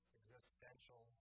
existential